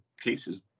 cases